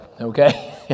okay